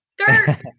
skirt